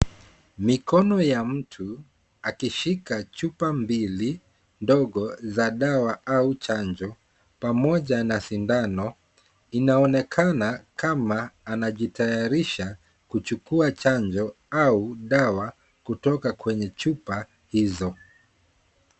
Mikono ya mtu akishika chupa mbili ndogo za dawa au chanjo pamoja na sindano. Inaonekana kama anajitayarisha kuchukua chanjo au dawa kutoka kwenye chupa hizo.